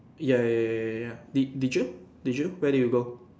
ya ya ya ya ya ya did did you did you where do you go